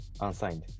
unsigned